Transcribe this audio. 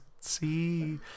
see